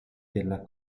della